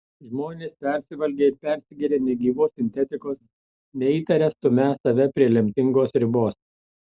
žmonės persivalgę ir persigėrę negyvos sintetikos neįtaria stumią save prie lemtingos ribos